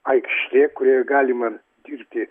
aikštė kurioje galima dirbti